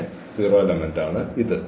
ലെ 0 എലെമെന്റാണ് ഇത്